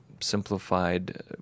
simplified